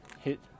Hit